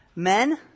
Men